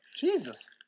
jesus